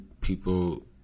people